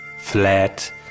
flat